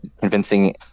convincing